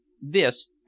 This